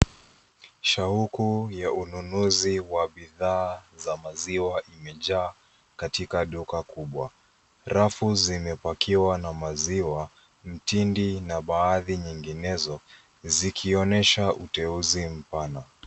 Shauku ya ununuzi wa bidhaa za maziwa imejaa katika duka kubwa. Rafu zimepakiwa na maziwa, mtindi na baadhi nyinginezo, zikionyesha uteuzi mpana.